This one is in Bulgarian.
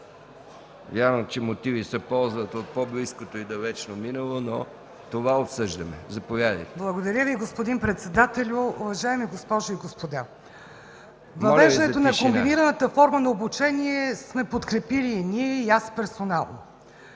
Явно, че мотиви се ползват от по-близкото и далечно минало, но това обсъждаме. Заповядайте! ВАЛЕНТИНА БОГДАНОВА (КБ): Благодаря Ви, господин председателю. Уважаеми госпожи и господа, въвеждането на комбинираната форма на обучение сме подкрепили и ние, и аз персонално.